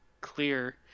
clear